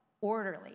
orderly